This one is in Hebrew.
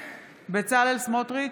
בצלאל סמוטריץ'